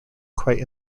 quite